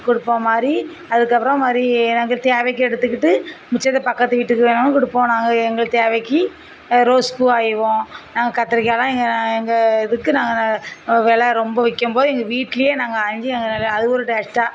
கொடுப்போம் மாதிரி அதுக்கப்புறோம் மாதிரி நாங்கள் தேவைக்கு எடுத்துக்கிட்டு மிச்சதை பக்கத்து வீட்டுக்கு வேணாலும் கொடுப்போம் நாங்கள் எங்கள் தேவைக்கு ரோஸ் பூ ஆய்வோம் நாங்கள் கத்திரிக்காயெலாம் எங்கள் எங்கள் இதுக்கு நாங்கள் வெலை ரொம்ப விற்கம்போது எங்கள் வீட்லையே நாங்கள் ஆய்ஞ்சி நாங்கள் நிறையா அது ஒரு டேஸ்ட்டாக